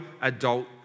adult